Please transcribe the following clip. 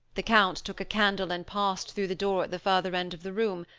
the count took a candle and passed through the door at the further end of the room,